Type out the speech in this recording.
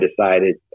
decided